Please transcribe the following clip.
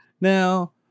Now